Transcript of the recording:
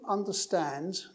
understand